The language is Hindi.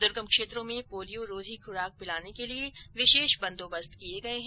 द्र्गम क्षेत्रों में पोलियोरोधी खुराक पिलाने के लिये विशेष बंदोबस्त किये गये है